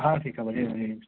ਹਾਂ ਠੀਕ ਹੈ ਵਧੀਆ ਵਧੀਆ